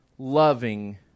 loving